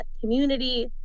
community